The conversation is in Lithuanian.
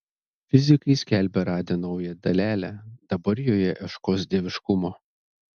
fizikai skelbia radę naują dalelę dabar joje ieškos dieviškumo